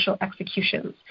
executions